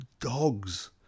dogs